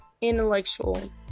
intellectual